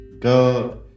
God